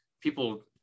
people